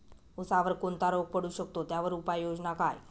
ऊसावर कोणता रोग पडू शकतो, त्यावर उपाययोजना काय?